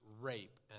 rape